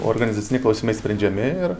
organizaciniai klausimai sprendžiami ir